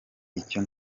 icyo